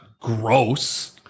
gross